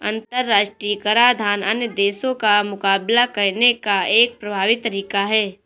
अंतर्राष्ट्रीय कराधान अन्य देशों का मुकाबला करने का एक प्रभावी तरीका है